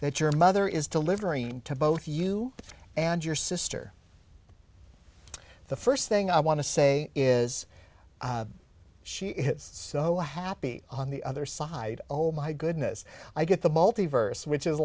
that your mother is delivering to both you and your sister the first thing i want to say is she is so happy on the other side oh my goodness i get the multi verse which is